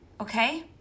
okay